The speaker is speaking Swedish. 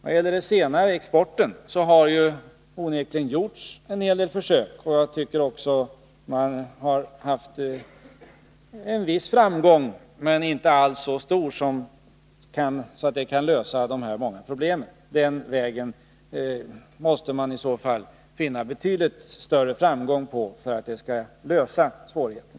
När det gäller exporten har det onekligen gjorts en hel del försök, och jag tycker också att man haft en viss framgång, men inte alls så stor att den kan lösa de många problemen. Den vägen måste man i så fall finna betydligt större framgång på för att det skall lösa dessa svårigheter.